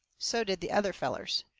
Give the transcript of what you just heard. so did the other feller's.